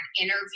interview